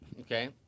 Okay